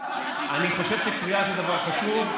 אתה חושב, אני חושב שקריאה זה דבר חשוב.